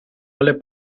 alle